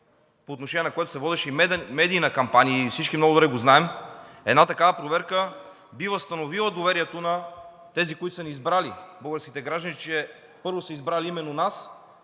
по отношение на което се водеше и медийна кампания, и всички много добре го знаем – такава проверка би възстановила доверието на тези, които са ни избрали – българските граждани, че първо, са избрали именно нас.